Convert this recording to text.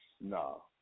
No